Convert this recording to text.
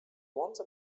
once